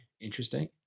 interesting